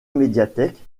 médiathèque